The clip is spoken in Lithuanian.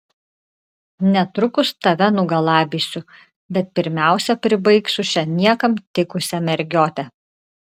netrukus tave nugalabysiu bet pirmiausia pribaigsiu šią niekam tikusią mergiotę